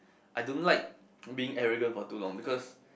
I don't like being arrogant for too long because